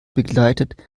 begleitet